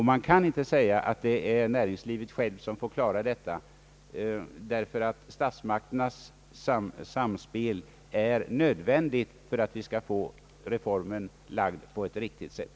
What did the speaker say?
Man kan inte säga att det är näringslivet självt som får klara detta, ty samspelet med statsmakterna är nödvändigt för att vi skall få reformen lagd på ett riktigt sätt.